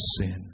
sin